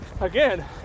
again